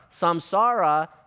Samsara